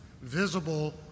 visible